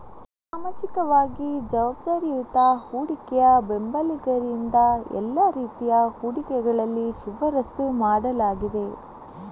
ಸಾಮಾಜಿಕವಾಗಿ ಜವಾಬ್ದಾರಿಯುತ ಹೂಡಿಕೆಯ ಬೆಂಬಲಿಗರಿಂದ ಎಲ್ಲಾ ರೀತಿಯ ಹೂಡಿಕೆಗಳಲ್ಲಿ ಶಿಫಾರಸು ಮಾಡಲಾಗಿದೆ